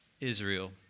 Israel